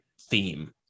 theme